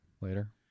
later